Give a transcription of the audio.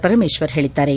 ಪರಮೇಶ್ವರ್ ಹೇಳಿದ್ದಾರೆ